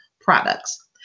products